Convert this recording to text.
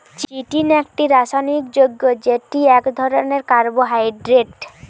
chitin একটি রাসায়নিক যৌগ্য যেটি এক ধরণের কার্বোহাইড্রেট